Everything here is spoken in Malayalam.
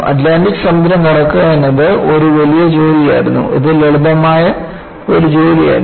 അറ്റ്ലാന്റിക് സമുദ്രം കടക്കുക എന്നത് ഒരു വലിയ ജോലിയായിരുന്നു ഇത് ലളിതമായ ഒരു ജോലിയല്ല